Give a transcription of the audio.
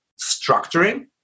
structuring